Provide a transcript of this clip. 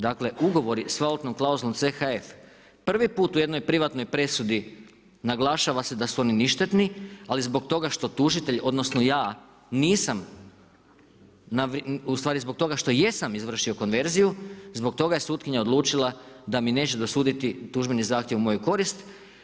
Dakle ugovori s valutnom klauzulom CHF prvi put u jednoj privatnoj presudi naglašava se da su oni ništetni, ali zbog toga što tužitelj odnosno ja nisam ustvari zbog toga što jesam izvršio konverziju zbog toga je sutkinja odlučila da mi neće dosuditi tužbeni zahtjev u moju korist.